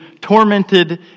tormented